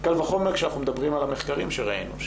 קל וחומר כשאנחנו מדברים על המחקרים שראינו,